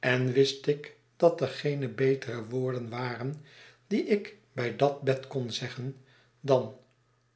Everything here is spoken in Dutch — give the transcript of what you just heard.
en wist ik dat er geene betere woorden waren die ik bij dat bed kon zeggen dan